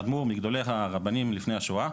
אדמו"ר, מגדולי הרבנים לפני השואה.